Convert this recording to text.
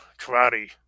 karate